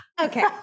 Okay